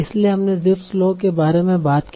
इसलिए हमने Zipf's law के बारे में बात की